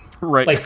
Right